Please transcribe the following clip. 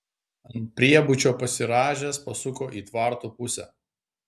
ant priebučio pasirąžęs pasuko į tvartų pusę